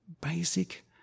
Basic